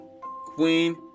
Queen